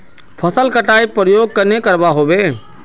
फसल कटाई प्रयोग कन्हे कर बो?